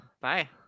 Bye